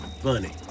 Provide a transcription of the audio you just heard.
Funny